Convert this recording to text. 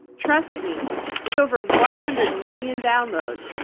trust me with over one hundred million downloads,